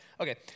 Okay